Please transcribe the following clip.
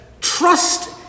Trust